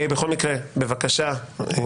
בבקשה.